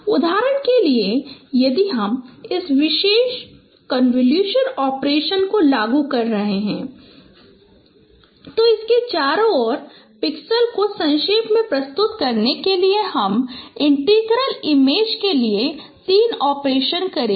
उदाहरण के लिए यदि हम इस विशेष कन्वोलुशन ऑपरेशन को लागू कर रहे हैं तो इसके चारों ओर पिक्सेल को संक्षेप में प्रस्तुत करने के लिए हम इंटीग्रल इमेज के लिए 3 ऑपरेशन करेंगे